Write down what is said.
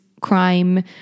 crime